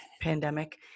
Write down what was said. pandemic